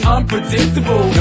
Unpredictable